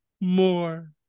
More